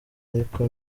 ariko